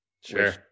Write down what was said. sure